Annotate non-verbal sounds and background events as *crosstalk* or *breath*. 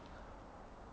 *breath*